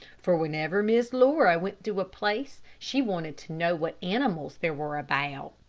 for whenever miss laura went to a place she wanted to know what animals there were about.